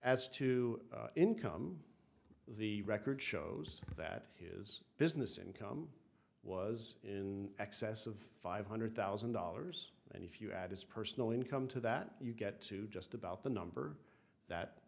as to income the record shows that his business income was in excess of five hundred thousand dollars and if you add his personal income to that you get to just about the number that